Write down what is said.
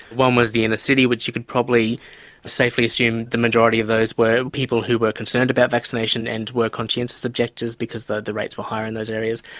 one was the inner city, which you could probably safely assume the majority of those were people who were concerned about vaccination and were conscientious objectors, because the the rates were higher in those areas.